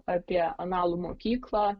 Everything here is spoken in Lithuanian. apie analų mokyklą